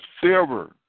silver